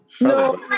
No